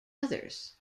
others